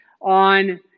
on